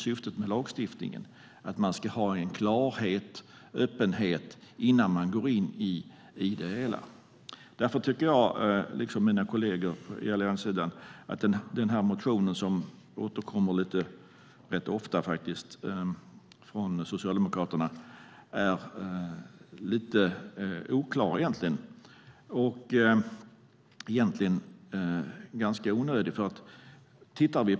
Syftet med lagstiftningen är att man ska ha en klarhet och öppenhet innan man går in i det hela. Därför tycker jag liksom mina kolleger på allianssidan att den motion som återkommer rätt ofta från Socialdemokraterna är lite oklar och egentligen ganska onödig.